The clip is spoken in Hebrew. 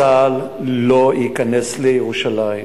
צה"ל לא ייכנס לירושלים